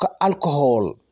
alcohol